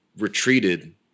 retreated